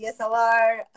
DSLR